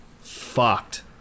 fucked